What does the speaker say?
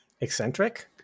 Eccentric